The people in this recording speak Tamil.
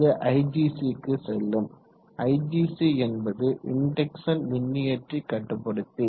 அது IGC க்கு செல்லும் IGC என்பது இன்டெக்சன் மின்னியற்றி கட்டுப்படுத்தி